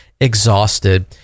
exhausted